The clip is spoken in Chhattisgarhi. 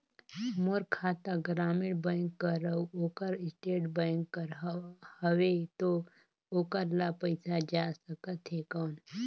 मोर खाता ग्रामीण बैंक कर अउ ओकर स्टेट बैंक कर हावेय तो ओकर ला पइसा जा सकत हे कौन?